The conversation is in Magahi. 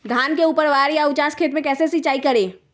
धान के ऊपरवार या उचास खेत मे कैसे सिंचाई करें?